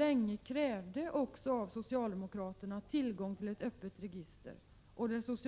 Länge krävde ju även socialdemokraterna tillgång till ett öppet register, men svek